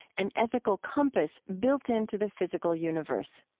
an ethical compass built into the physical universe.